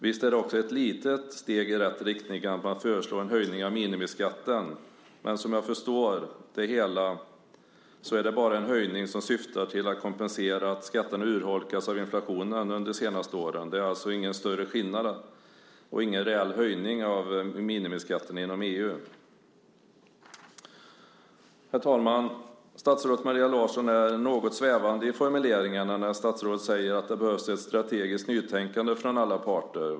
Visst är det också ett litet steg i rätt riktning att man föreslår en höjning av minimiskatten, men som jag förstår det hela är det bara en höjning som syftar till att kompensera att skatten urholkats av inflationen under de senaste åren. Det är alltså ingen större skillnad och ingen reell höjning av minimiskatten inom EU. Herr talman! Statsrådet Maria Larsson är något svävande i formuleringarna när statsrådet säger att det behövs ett strategiskt nytänkande från alla parter.